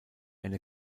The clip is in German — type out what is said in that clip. eine